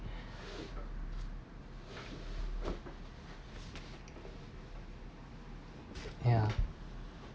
ya